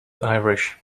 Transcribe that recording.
irish